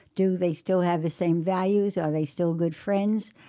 do they still have the same values? are they still good friends?